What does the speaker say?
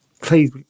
Please